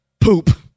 poop